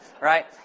right